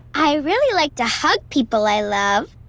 i really like to hug people i love,